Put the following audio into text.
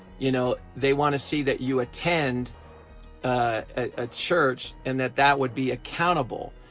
you know they want to see that you attend a church and that, that would be accountable.